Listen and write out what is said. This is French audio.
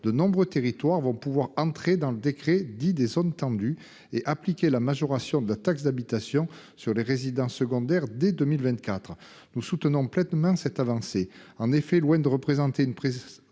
de nouveaux territoires vont pouvoir entrer dans le décret dit des zones tendues, et appliquer la majoration de la taxe d'habitation sur les résidences secondaires dès 2024. Nous soutenons pleinement cette avancée. En effet, loin de représenter une pression